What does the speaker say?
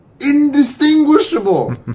indistinguishable